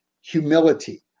humility